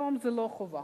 היום זה לא חובה.